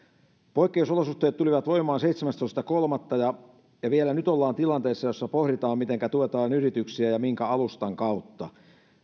poikkeusolosuhteet tulivat voimaan seitsemästoista kolmatta ja ja vielä nyt ollaan tilanteessa jossa pohditaan mitenkä tuetaan yrityksiä ja minkä alustan kautta